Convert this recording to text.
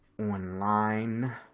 online